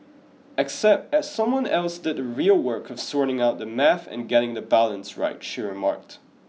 except someone else did the real work of sorting out the math and getting the balance right she remarked